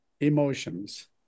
emotions